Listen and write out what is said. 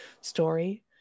story